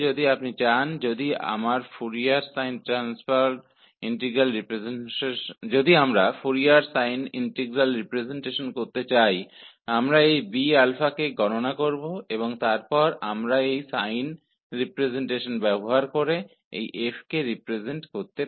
इसी तरह यदि हम फोरियर साइन इंटीग्रल रिप्रेज़ेंटेशन चाहते हैं तो हम इस Bα की गणना करेंगे और फिर हम इस साइन रिप्रेज़ेंटेशन का उपयोग करके इस f का रिप्रेज़ेंटेशन कर सकते हैं